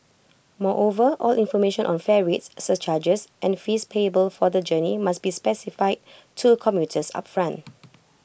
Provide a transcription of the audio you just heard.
moreover all information on fare rates surcharges and fees payable for the journey must be specified to commuters upfront